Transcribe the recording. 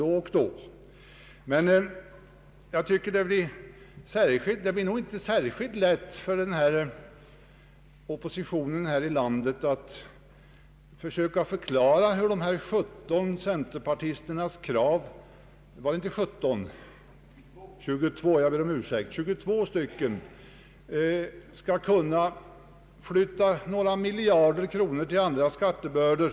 Därtill vill jag säga att det nog inte blir så särskilt lätt för oppositionen här i landet att förklara att 22 centerpartister vill flytta några miljarder kronor till andra skattebördor.